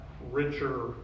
richer